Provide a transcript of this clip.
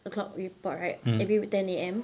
a clock report right every ten A_M